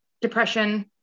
depression